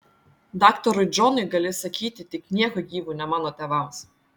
daktarui džonui gali sakyti tik nieku gyvu ne mano tėvams